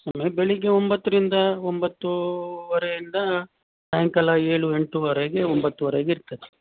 ಒಮ್ಮೆ ಬೆಳಗ್ಗೆ ಒಂಬತ್ತರಿಂದ ಒಂಬತ್ತೂವರೆಯಿಂದ ಸಾಯಂಕಾಲ ಏಳು ಎಂಟೂವರೆಗೆ ಒಂಬತ್ತುವರೆಗೆ ಇರ್ತದೆ